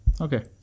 Okay